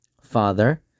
father